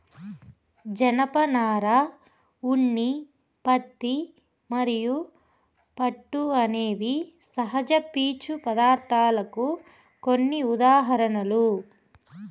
జనపనార, ఉన్ని, పత్తి మరియు పట్టు అనేవి సహజ పీచు పదార్ధాలకు కొన్ని ఉదాహరణలు